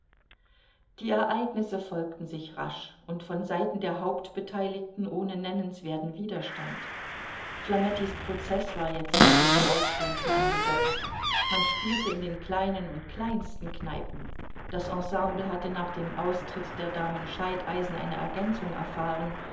die ereignisse folgten sich rasch und von seiten der hauptbeteiligten ohne nennenswerten widerstand flamettis prozeß war jetzt auf den dreizehnten angesetzt man spielte in den kleinen und kleinsten kneipen das ensemble hatte nach dem austritt der damen scheideisen eine ergänzung erfahren